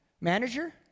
manager